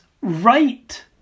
right